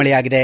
ಮಳೆಯಾಗಿದೆ